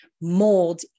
mold